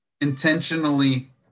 intentionally